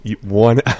one